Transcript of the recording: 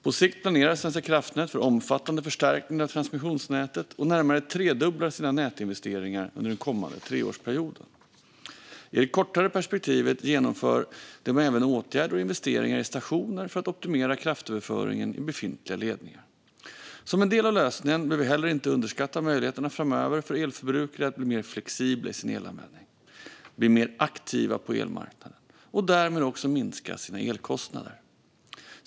På sikt planerar Svenska kraftnät för omfattande förstärkningar av transmissionsnätet, och man närmare tredubblar sina nätinvesteringar under den kommande treårsperioden. I det kortare perspektivet genomför man även åtgärder och investeringar i stationer för att optimera kraftöverföringen i befintliga ledningar. Som en del av lösningen bör vi heller inte underskatta möjligheterna framöver för elförbrukare att bli mer flexibla i sin elanvändning och mer aktiva på elmarknaden och därmed också minska sina elkostnader.